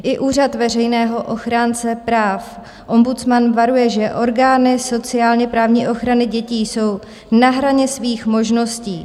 I úřad veřejného ochránce práv, ombudsman, varuje, že orgány sociálněprávní ochrany dětí jsou na hraně svých možností.